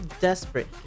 desperate